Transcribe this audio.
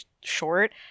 short